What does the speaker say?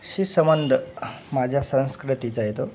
शी संबंध माझ्या संस्कृतीचा येतो